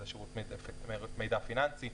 של שירותי מידע פיננסי.